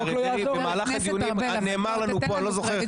במהלך הדיונים נאמר לנו פה אני לא זוכר,